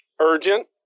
Urgent